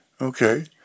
Okay